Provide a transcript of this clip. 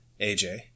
AJ